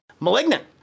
Malignant